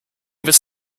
this